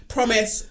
Promise